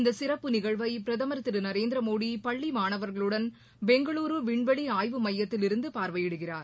இந்த சிறப்பு நிகழ்வை பிரதமர் திரு நரேந்திரமோடி பள்ளி மாணவர்களுடன் பெங்களுரு விண்வெளி ஆய்வு மையத்தில் இருந்து பார்வையிடுகிறார்